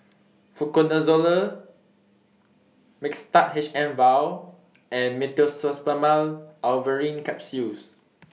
Fluconazole Mixtard H M Vial and Meteospasmyl Alverine Capsules